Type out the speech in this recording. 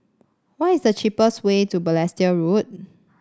what is the cheapest way to Balestier Road